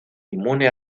inmune